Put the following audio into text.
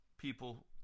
People